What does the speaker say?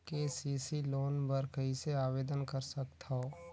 KCC loan बर कइसे आवेदन कर सकथव?